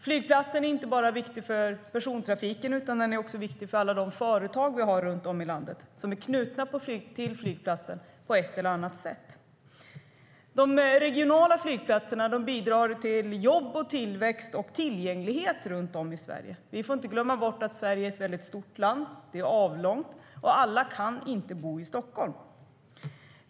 Flygplatsen är inte bara viktig för persontrafiken utan också för alla företag som vi har runt om i landet och som på ett eller annat sätt är knutna till flygplatsen. De regionala flygplatserna bidrar till jobb, tillväxt och tillgänglighet runt om i Sverige. Vi får inte glömma bort att Sverige är ett väldigt stort land. Det är avlångt, och alla kan inte bo i Stockholm.